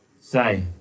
say